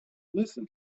listen